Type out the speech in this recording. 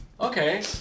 Okay